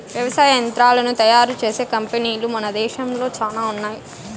వ్యవసాయ యంత్రాలను తయారు చేసే కంపెనీలు మన దేశంలో చానా ఉన్నాయి